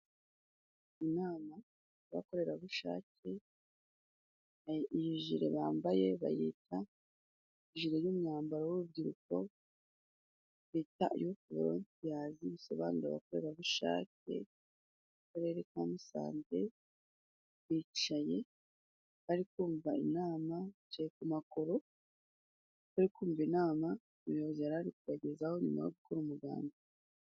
Inama y'abakorerabushake, iyi jire bambaye bayita jire y'umwambaro w'urubyiruko bita yufu volontiyazi bisobanura abakorerabushake b'Akarere ka Musanze, bicaye bari kumva inama bicaye ku makoro bari kumva inama umuyobozi yari ari kubagezaho, nyuma yo gukora umuganda.